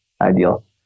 ideal